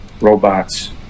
robots